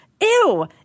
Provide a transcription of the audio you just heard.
ew